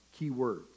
keywords